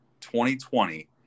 2020